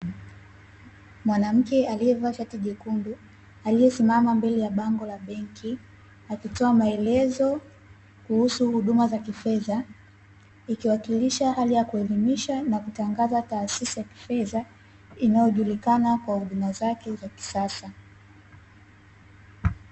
Mwanamke aliyevaa shati jekundu, aliyesimama mbele ya bango la benki, akitoa maelezo kuhusu huduma za kifedha. Likiwakilisha hali ya kuelimisha na kutangaza taasisi ya kifedha, inayojulikana kwa huduma zake za kisasa.